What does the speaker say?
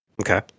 Okay